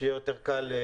שיהיה יותר קל.